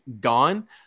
gone